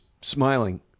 smiling